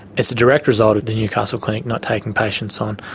it's a direct result of the newcastle clinic not taking patients on.